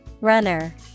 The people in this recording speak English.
Runner